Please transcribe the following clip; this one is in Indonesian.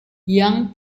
yang